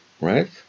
right